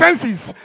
senses